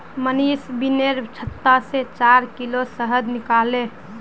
मनीष बिर्निर छत्ता से चार किलो शहद निकलाले